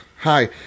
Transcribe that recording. hi